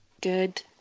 Good